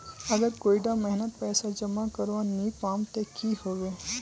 अगर कोई डा महीनात पैसा जमा करवा नी पाम ते की होबे?